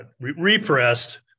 repressed